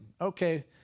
Okay